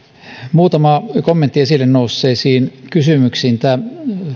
muutama kommentti esille nousseisiin kysymyksiin tämä